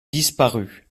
disparu